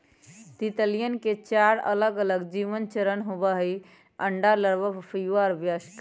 तितलियवन के चार अलगअलग जीवन चरण होबा हई अंडा, लार्वा, प्यूपा और वयस्क